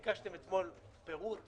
ביקשתם אתמול פירוט.